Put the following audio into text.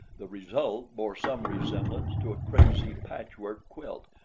the result bore some resemblance to a crazy patchwork quilt,